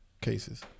cases